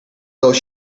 though